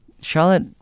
Charlotte